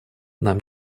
нам